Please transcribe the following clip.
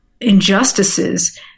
injustices